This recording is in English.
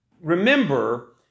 remember